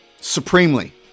Supremely